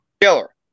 Killer